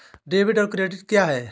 Debit और credit क्या है?